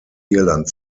irland